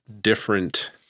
different